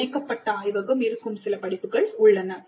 இணைக்கப்பட்ட ஆய்வகம் இருக்கும் சில படிப்புகள் உள்ளன